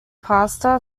pasta